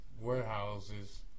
warehouses